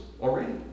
already